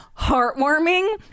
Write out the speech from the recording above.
heartwarming